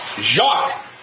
Jacques